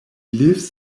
lives